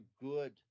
good